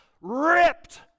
ripped